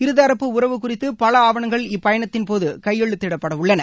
இருதரப்பு உறவு குறித்த பல ஆவணங்கள் இப்பயணத்தின்போது கையெழுத்திடப்படவுள்ளன